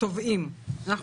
תובעים ממצאים).